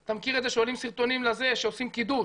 אתה מכיר את זה שעולים סרטונים שעושים קידוש.